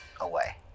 away